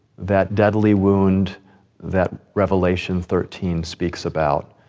that deadly wound that revelation thirteen speaks about.